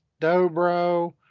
Dobro